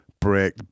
break